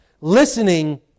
Listening